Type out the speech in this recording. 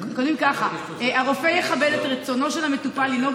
הם כותבים ככה: הרופא יכבד את רצונו של המטופל לנהוג